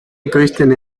ekoizten